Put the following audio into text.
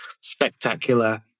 Spectacular